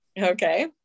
okay